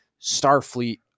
starfleet